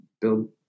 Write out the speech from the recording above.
build